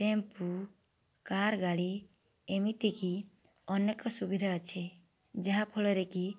tempo car ଗାଡ଼ି ଏମିତି କି ଅନେକ ସୁବିଧା ଅଛି ଯାହାଫଳରେ କି